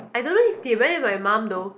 I don't know if they went with my mum though